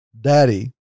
daddy